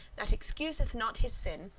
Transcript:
that excuseth not his sin,